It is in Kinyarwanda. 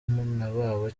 babo